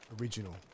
Original